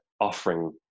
offering